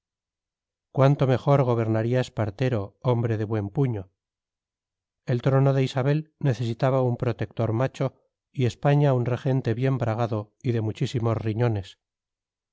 cuánto mejor gobernaría espartero hombre de buen puño el trono de isabel necesitaba un protector macho y españa un regente bien bragado y de muchísimos riñones